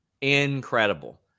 Incredible